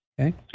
okay